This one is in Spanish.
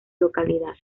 localidad